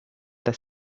that